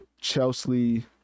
chelsea